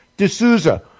D'Souza